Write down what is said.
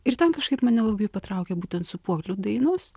ir ten kažkaip mane labai patraukė būtent sūpuoklių dainos